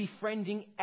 befriending